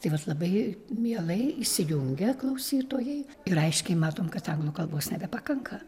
tai vat labai mielai įsijungia klausytojai ir aiškiai matom kad anglų kalbos nebepakanka